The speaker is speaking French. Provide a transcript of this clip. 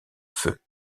feu